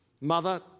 mother